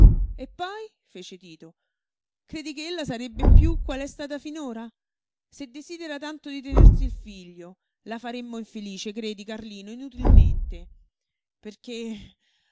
e poi fece tito credi che ella sarebbe piú quale è stata finora se desidera tanto di tenersi il figlio la faremmo infelice credi carlino inutilmente perché